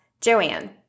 Joanne